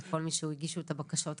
לכל מי שהגישו את הבקשות כרגע,